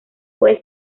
puede